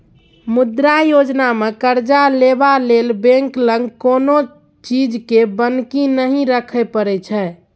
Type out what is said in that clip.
मुद्रा योजनामे करजा लेबा लेल बैंक लग कोनो चीजकेँ बन्हकी नहि राखय परय छै